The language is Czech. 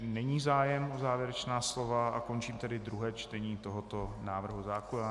Není zájem o závěrečná slova, končím tedy druhé čtení tohoto návrhu zákona.